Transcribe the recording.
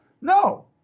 no